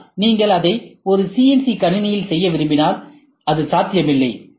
ஆனால் நீங்கள் அதை ஒரு சிஎன்சி கணினியில் செய்ய விரும்பினால் அது சாத்தியமில்லை